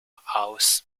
aus